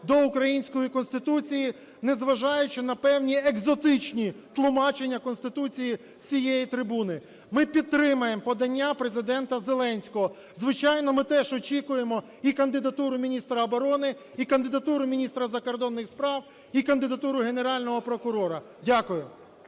до української Конституції, незважаючи на певні екзотичні тлумачення Конституції з цієї трибуни. Ми підтримаємо подання Президента Зеленського. Звичайно, ми теж очікуємо і кандидатуру міністра оборони, і кандидатуру міністра закордонних справ, і кандидатуру Генерального прокурора. Дякую.